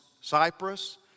Cyprus